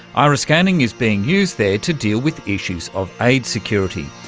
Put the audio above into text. iris-scanning is being used there to deal with issues of aid security,